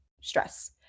stress